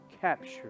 capture